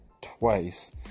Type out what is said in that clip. twice